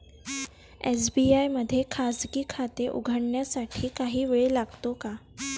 SBI मध्ये खाजगी खाते उघडण्यासाठी काही वेळ लागतो का?